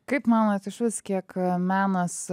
kaip manot išvis kiek menas